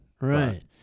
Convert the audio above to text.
right